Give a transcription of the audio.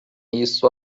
isso